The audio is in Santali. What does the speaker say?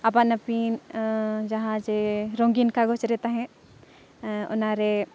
ᱟᱯᱟᱱᱼᱟᱹᱯᱤᱱ ᱡᱟᱦᱟᱸ ᱪᱮ ᱨᱚᱸᱜᱤᱱ ᱠᱟᱜᱚᱡᱽᱨᱮ ᱛᱟᱦᱮᱸᱫ ᱚᱱᱟᱨᱮ